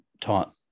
taught